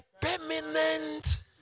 permanent